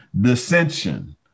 dissension